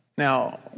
Now